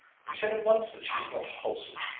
you said at once that she was not wholesome,